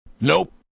Nope